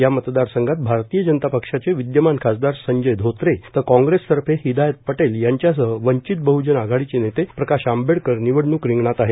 या मतदारसंघात भारतीय जनता पक्षाचे विद्यमान खासदार संजय धोत्रे तर काँग्रेसतर्फे हिदायत पटेल यांच्यासह वंचित बहजन आघाडीचे नेते प्रकाश आंबेडकर निवडणूक रिंगणात आहेत